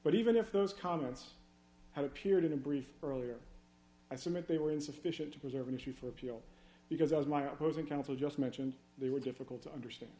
but even if those comments had appeared in a brief earlier i submit they were insufficient to preserve an issue for appeal because as my opposing counsel just mentioned they were difficult to understand